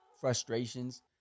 frustrations